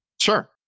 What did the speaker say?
Sure